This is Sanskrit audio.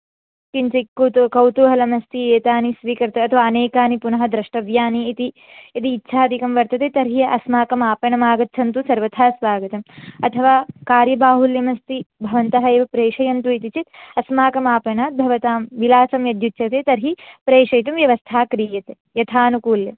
किञ्चित् कुतू कौतूहलमस्ति एतानि स्वीकर्ता अथवा अनेकानि पुनः द्रष्टव्यानि इति यदि इच्छादिकं वर्तते तर्हि अस्माकमापणमागच्छन्तु सर्वथा स्वागतम् अथवा कार्यबाहुल्यमस्ति भवन्तः एव प्रेषयन्तु इति चेत् अस्माकमापणाद् भवतां विलासं यद्युच्यते तर्हि प्रेषयितुं व्यवस्था क्रियते यथानुकूल्यम्